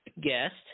guest